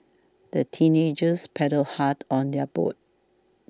the teenagers paddled hard on their boat